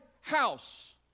house